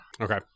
okay